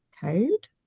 code